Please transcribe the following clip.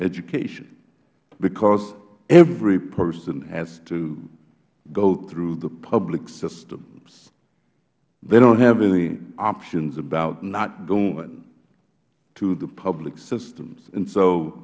education because every person has to go through the public systems they don't have any options about not going to the public system